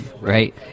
right